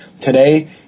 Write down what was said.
Today